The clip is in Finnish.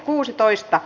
asia